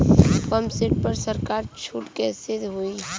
Pump set पर सरकार छूट कईसे होई?